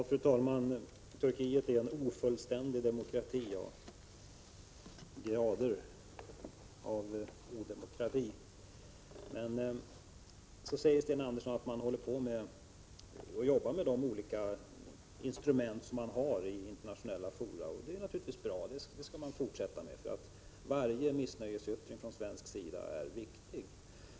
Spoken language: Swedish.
Fru talman! Turkiet är en ofullständig demokrati, ja — och det finns olika grader av ”odemokrati”. Sten Andersson säger att man håller på och jobbar med de olika instrument som man har i internationella fora. Det är naturligtvis bra och det skall man fortsätta med. Varje missnöjesyttring från svensk sida är ju viktig.